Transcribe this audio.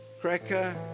cracker